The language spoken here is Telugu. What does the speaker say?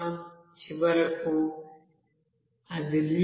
చివరకు అది లీటరుకు 0